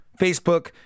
Facebook